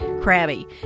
crabby